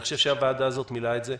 אני חושב שהוועדה הזאת מילאה את זה.